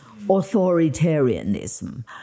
authoritarianism